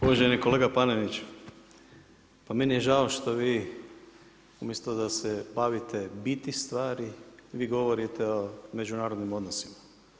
Uvaženi kolega Panenić, pa meni je žao što vi umjesto da se bavite biti stvari, vi govorite o međunarodnim odnosima.